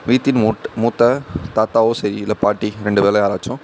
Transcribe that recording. வீட்டின் மூட் மூத்த தாத்தாவோ சரி இல்லை பாட்டி ரெண்டு பேரில் யாராச்சும்